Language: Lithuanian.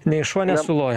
nei šuo nesuloja